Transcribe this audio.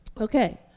Okay